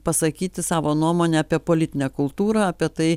pasakyti savo nuomonę apie politinę kultūrą apie tai